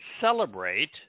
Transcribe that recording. celebrate